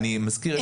אני מזכיר,